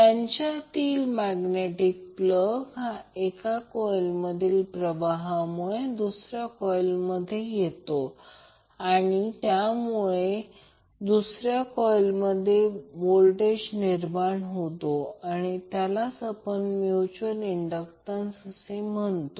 त्यांच्यातील magnetic plug हा एका कॉइल मधील प्रवाहामुळे दुसऱ्या कॉइलमधून येतो आणि त्यामुळे दुसऱ्या कॉइलमधे व्होल्टेज निर्माण होतो आणि याला म्यूच्यूअल इन्ड़टन्स असे म्हणतात